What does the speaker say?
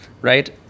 Right